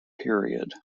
period